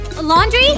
Laundry